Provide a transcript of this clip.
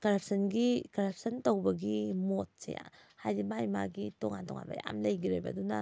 ꯀꯔꯞꯁꯟꯒꯤ ꯀꯔꯞꯁꯟ ꯇꯧꯕꯒꯤ ꯃꯣꯠꯁꯦ ꯍꯥꯏꯗꯤ ꯃꯥꯏ ꯃꯥꯒꯤ ꯇꯣꯉꯥꯟ ꯇꯣꯉꯥꯟꯕ ꯌꯥꯝ ꯂꯩꯈ꯭ꯔꯦꯕ ꯑꯗꯨꯅ